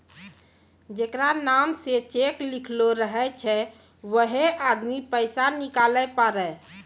जेकरा नाम से चेक लिखलो रहै छै वैहै आदमी पैसा निकालै पारै